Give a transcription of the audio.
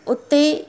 उते